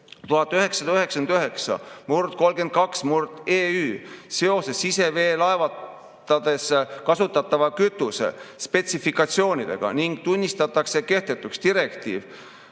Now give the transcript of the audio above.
1999/32/EÜ seoses siseveelaevades kasutatava kütuse spetsifikatsioonidega ning tunnistatakse kehtetuks direktiiv